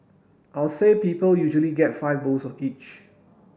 I'll say people usually get five bowls of each